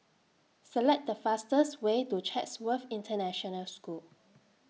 Select The fastest Way to Chatsworth International School